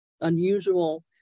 unusual